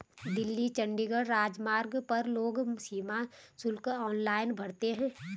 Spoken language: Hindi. दिल्ली चंडीगढ़ राजमार्ग पर लोग सीमा शुल्क ऑनलाइन भरते हैं